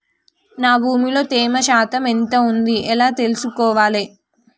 నా భూమి లో తేమ శాతం ఎంత ఉంది ఎలా తెలుసుకోవాలే?